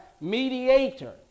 Mediator